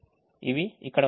ఇవి ఇక్కడ ఉన్నాయి